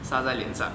沙在脸上